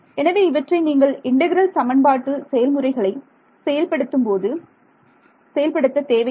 எனவே இவற்றை நீங்கள் இன்டெக்ரல் சமன்பாட்டு செயல்முறைகளை செயல்படுத்தும்போது செயல்படுத்த தேவையில்லை